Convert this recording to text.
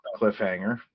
cliffhanger